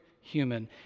human